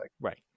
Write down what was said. Right